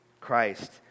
Christ